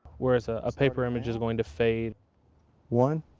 whereas a paper image is going to fade one,